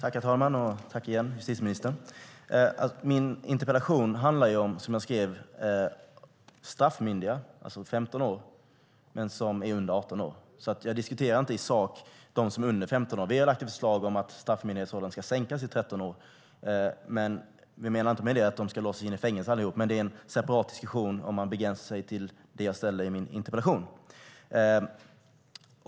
Herr talman! Tack igen, justitieministern! Min interpellation handlar ju, som jag skrev, om straffmyndiga, alltså de som är över 15 men under 18 år. Jag diskuterar inte i sak dem som är under 15 år. Vi har lagt fram ett förslag om att straffmyndighetsåldern ska sänkas till 13 år, men vi menar därmed inte att alla ska låsas in i fängelse. Det är en separat diskussion, om man begränsar sig till den fråga jag ställde i min interpellation.